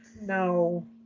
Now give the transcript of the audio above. No